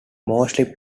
mostly